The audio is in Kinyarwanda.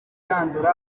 byandura